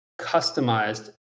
customized